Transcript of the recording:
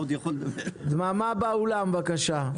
דממה באולם, בבקשה.